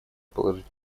положить